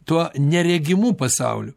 tuo neregimu pasauliu